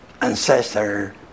ancestor